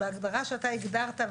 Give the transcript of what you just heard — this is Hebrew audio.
בהגדרה שאתה הגדרת,